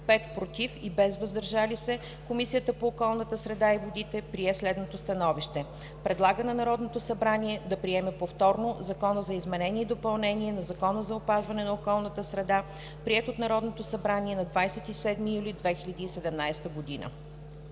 5 „против” и без “въздържали се”, Комисията по околната среда и водите прие следното становище: Предлага на Народното събрание да приеме повторно Закона за изменение и допълнение на Закона за опазване на околната среда, приет от Народното събрание на 27 юли 2017 г.“